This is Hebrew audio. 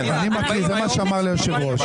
אני מקריא, זה מה שאמר לי היושב ראש.